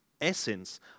essence